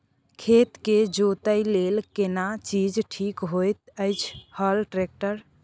खेत के जोतय लेल केना चीज ठीक होयत अछि, हल, ट्रैक्टर?